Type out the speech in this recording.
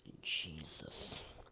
jesus